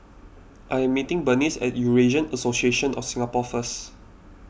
I am meeting Berenice at Eurasian Association of Singapore first